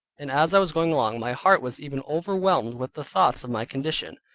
and as i was going along, my heart was even overwhelmed with the thoughts of my condition,